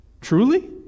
Truly